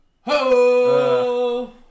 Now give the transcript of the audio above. ho